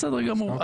בסדר גמור.